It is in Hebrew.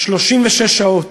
36 שעות